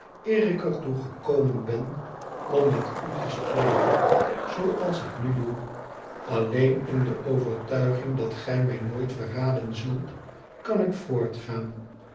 er toe gekomen ben om met u te spreken zooals ik nu doe alleen in de overtuiging dat gij mij nooit verraden zult kan ik